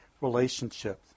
relationships